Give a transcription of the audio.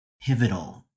pivotal